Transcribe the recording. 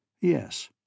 Yes